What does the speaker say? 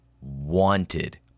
wanted